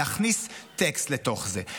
להכניס טקסט לתוך זה.